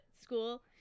school